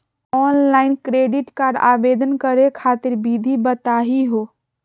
Online credit card आवेदन करे खातिर विधि बताही हो?